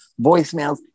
voicemails